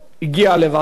והיו דיונים,